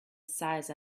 size